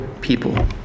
people